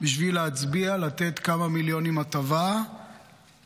בשביל להצביע, לתת כמה מיליונים הטבה למיליארדרים.